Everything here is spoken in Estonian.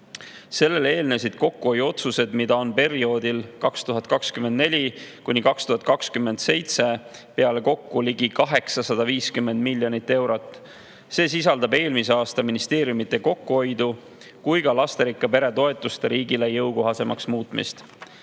Sellele eelnesid kokkuhoiuotsused, mida on perioodil 2024–2027 kokku ligi 850 miljoni euro ulatuses. See sisaldab nii eelmise aasta ministeeriumide kokkuhoidu kui ka lasterikka pere toetuste riigile jõukohasemaks muutmist.